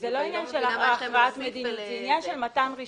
זה עניין של מתן רישיון.